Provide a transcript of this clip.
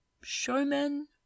Showmen